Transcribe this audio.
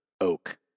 oak